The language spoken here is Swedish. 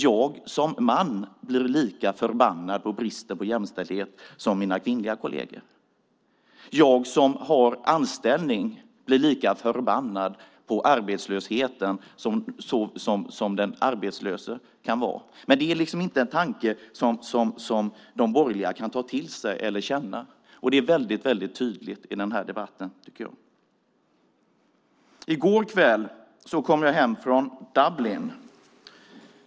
Jag som man blir lika förbannad på bristen på jämställdhet som mina kvinnliga kolleger. Jag som har anställning blir lika förbannad på arbetslösheten som den arbetslöse. Men det är inte en tanke som de borgerliga kan ta till sig. Detta är tydligt i denna debatt. I går kväll kom jag hem från Dublin.